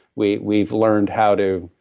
we've we've learned how to.